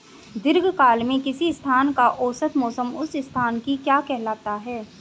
दीर्घकाल में किसी स्थान का औसत मौसम उस स्थान की क्या कहलाता है?